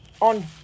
on